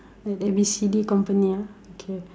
at A B C D company ah okay